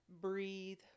breathe